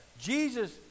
Jesus